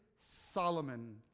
Solomon